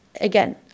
again